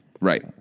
Right